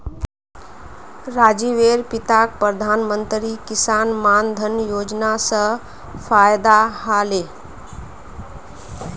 राजीवेर पिताक प्रधानमंत्री किसान मान धन योजना स फायदा ह ले